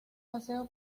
paseo